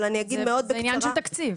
זה עניין של תקציב.